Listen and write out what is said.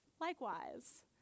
likewise